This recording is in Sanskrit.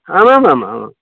आम् आम् आम् आमाम्